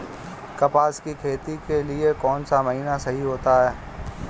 कपास की खेती के लिए कौन सा महीना सही होता है?